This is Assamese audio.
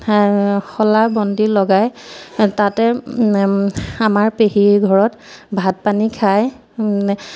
শলা বন্তি লগাই তাতে আমাৰ পেহীৰ ঘৰত ভাত পানী খাই